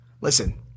Listen